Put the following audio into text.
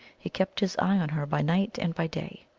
he kept his eye on her by night and by day.